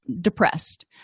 depressed